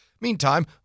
Meantime